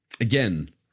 again